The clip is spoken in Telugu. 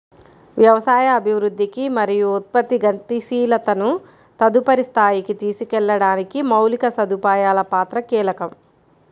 వ్యవసాయ అభివృద్ధికి మరియు ఉత్పత్తి గతిశీలతను తదుపరి స్థాయికి తీసుకెళ్లడానికి మౌలిక సదుపాయాల పాత్ర కీలకం